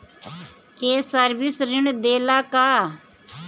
ये सर्विस ऋण देला का?